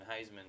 Heisman